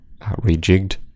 rejigged